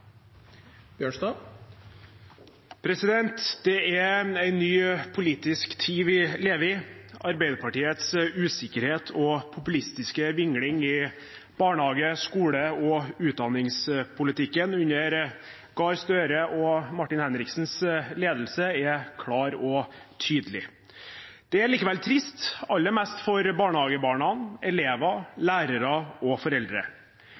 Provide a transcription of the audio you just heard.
riktig kompetanse. Det er en ny politisk tid vi lever i. Arbeiderpartiets usikkerhet og populistiske vingling i barnehage-, skole- og utdanningspolitikken under Jonas Gahr Støre og Martin Henriksens ledelse er klar og tydelig. Det er likevel trist – aller mest for barnehagebarna, elever, lærere og foreldre.